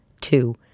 two